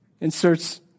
Inserts